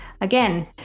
Again